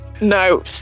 No